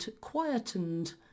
quietened